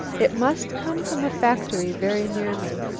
it must come from a factory very near me.